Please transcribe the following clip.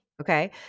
Okay